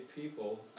people